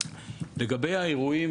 לגבי חלק מהאירועים